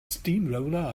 steamroller